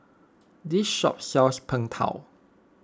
this shop sells Png Tao